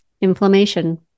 Inflammation